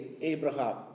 Abraham